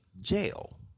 jail